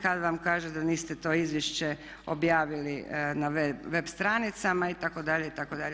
Kad vam kaže da niste to izvješće objavili na web stranicama, itd., itd.